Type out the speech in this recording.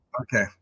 Okay